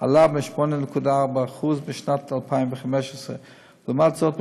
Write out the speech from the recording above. לאוכלוסייה עלה ב-8.4% בשנת 2015. לעומת זאת,